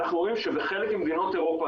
אנחנו רואים שבחלק ממדינות אירופה,